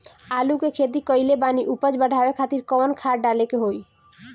आलू के खेती कइले बानी उपज बढ़ावे खातिर कवन खाद डाले के होई?